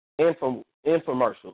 Infomercial